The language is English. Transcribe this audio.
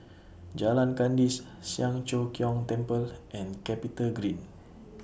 Jalan Kandis Siang Cho Keong Temple and Capitagreen